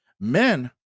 men